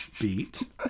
Beat